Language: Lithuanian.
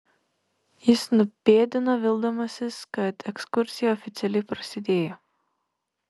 jis nupėdino vildamasis kad ekskursija oficialiai prasidėjo